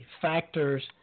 factors